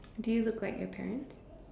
do you look like your parents